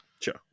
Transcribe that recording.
sure